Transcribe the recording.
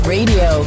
Radio